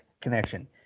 connection